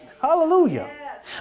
Hallelujah